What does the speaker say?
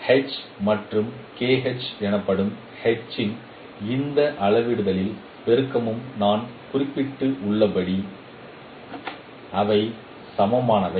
H மற்றும் kH எனப்படும் H இன் எந்த அளவிடுதல் பெருக்கமும் நான் குறிப்பிட்டுள்ளபடி அவை சமமானவை